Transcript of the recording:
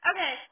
Okay